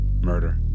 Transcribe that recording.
murder